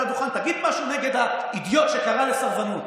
הדוכן: תגיד משהו נגד האידיוט שקרא לסרבנות.